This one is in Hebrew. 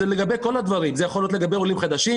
זה לגבי כל הנושאים זה יכול להיות לגבי עולים חדשים,